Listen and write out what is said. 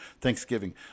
Thanksgiving